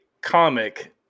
comic